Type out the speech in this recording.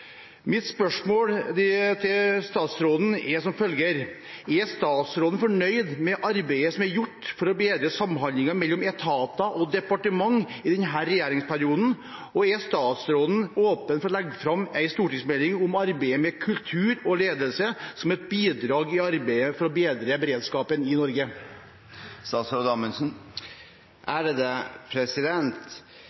Mitt spørsmål til statsråden er som følger: Er statsråden fornøyd med arbeidet som er gjort for å bedre samhandlingen mellom etater og departementer i denne regjeringsperioden, og er statsråden åpen for å legge fram en stortingsmelding om arbeidet med kultur og ledelse, som et bidrag i arbeidet for å bedre beredskapen i Norge?